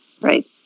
right